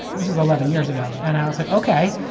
and this was eleven years ago and i was like okay.